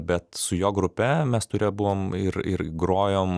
bet su jo grupe mes ture buvom ir ir grojom